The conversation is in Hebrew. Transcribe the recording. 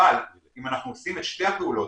אבל אם אנחנו עושים את שתי הפעולות,